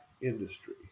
industry